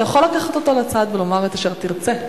אתה יכול לקחת אותו לצד ולומר לו את אשר תרצה.